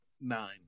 nine